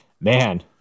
man